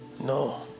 No